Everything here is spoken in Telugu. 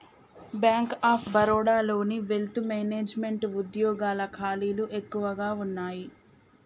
బ్యేంక్ ఆఫ్ బరోడాలోని వెల్త్ మేనెజమెంట్ వుద్యోగాల ఖాళీలు ఎక్కువగా వున్నయ్యి